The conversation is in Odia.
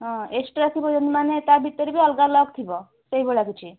ହଁ ଏକ୍ସଟ୍ରା ଥିବ ମାନେ ତା'ଭିତରେ ବି ଅଲଗା ଲକ୍ ଥିବ ସେଇଭଳିଆ କିଛି